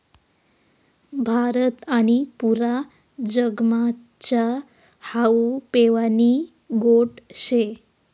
भारत आणि पुरा जगमा च्या हावू पेवानी गोट शे